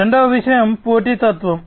రెండవ విషయం పోటీతత్వం